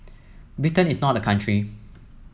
Britain is not a country